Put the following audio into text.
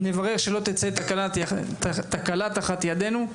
נברך שלא תצא תקלה תחת ידנו,